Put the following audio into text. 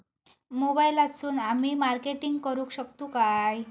मोबाईलातसून आमी मार्केटिंग करूक शकतू काय?